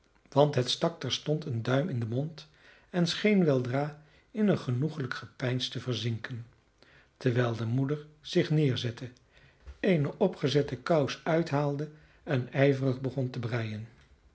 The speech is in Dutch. want het stak terstond een duim in den mond en scheen weldra in een genoeglijk gepeins te verzinken terwijl de moeder zich neerzette eene opgezette kous uithaalde en ijverig begon te breien